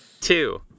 two